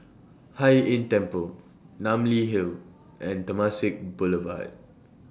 Hai Inn Temple Namly Hill and Temasek Boulevard